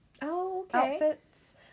outfits